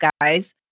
guys